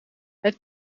het